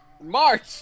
March